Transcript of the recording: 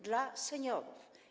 Dla seniorów.